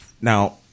now